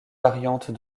variantes